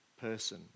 person